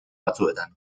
batzuetan